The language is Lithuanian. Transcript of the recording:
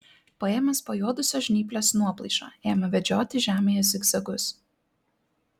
paėmęs pajuodusios žnyplės nuoplaišą ėmė vedžioti žemėje zigzagus